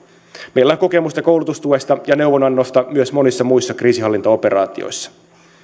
meillä on kokemusta koulutustuesta ja neuvonannosta myös monissa muissa kriisinhallintaoperaatioissa